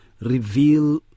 reveal